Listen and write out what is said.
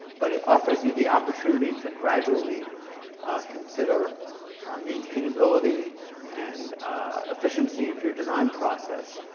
but it offers you the opportunity to gradually consider maintainability and efficiency of your design process,